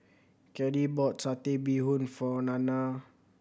Caddie bought Satay Bee Hoon for Nanna